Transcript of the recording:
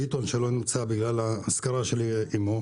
ביטון שלא נמצא בגלל האזכרה של אימו